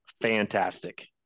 fantastic